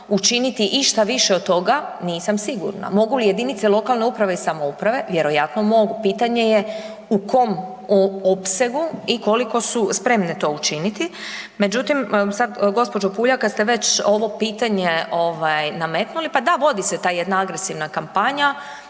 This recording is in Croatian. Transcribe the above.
učiniti išta više od toga, nisam sigurna. Mogu li jedinice lokalne uprave i samouprave, vjerojatno mogu. Pitanje je u kom opsegu i koliko su spremne to učiniti. Međutim, sad, gđo. Puljak, kad ste već ovo pitanje nametnuli, pa da, vodi se ta jedna agresivna kampanja,